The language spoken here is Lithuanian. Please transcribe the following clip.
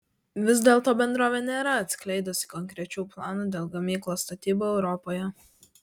vis dėlto bendrovė nėra atskleidusi konkrečių planų dėl gamyklos statybų europoje